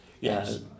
Yes